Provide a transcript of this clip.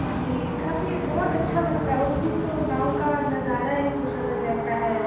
जी काफ़ी बहुत अच्छा लगता है उस दिन तो गाँव का नज़ारा ही कुछ अलग रहता है